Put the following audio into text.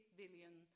billion